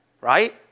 right